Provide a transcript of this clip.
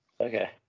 Okay